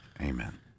Amen